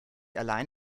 allein